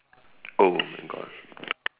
oh my god